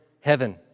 heaven